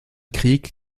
krieg